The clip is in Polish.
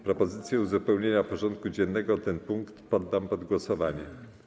Propozycję uzupełnienia porządku dziennego o ten punkt poddam pod głosowanie.